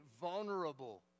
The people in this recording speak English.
vulnerable